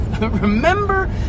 Remember